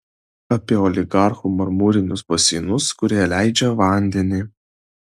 apie oligarchų marmurinius baseinus kurie leidžia vandenį